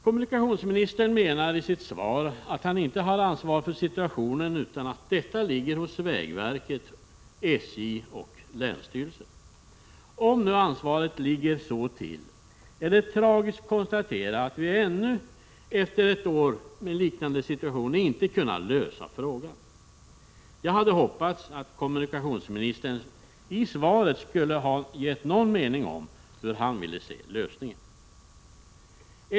Kommunikationsministern menar i sitt svar att han inte har ansvar för situationen utan att detta ligger hos vägverket, SJ och länsstyrelsen. Om nu ansvaret ligger så till, är det tragiskt att behöva konstatera att vi ännu inte kunnat lösa frågan. Jag hade hoppats att kommunikationsministern i svaret skulle ha gett uttryck åt någon mening om hur han ville se lösningen.